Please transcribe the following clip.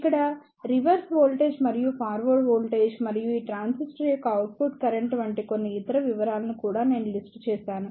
ఇక్కడ reverse voltage మరియు forward voltage మరియు ఈ ట్రాన్సిస్టర్ యొక్క అవుట్పుట్ కరెంట్ వంటి కొన్ని ఇతర వివరాలను కూడా నేను లిస్ట్ చేసాను